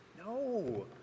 No